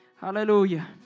Hallelujah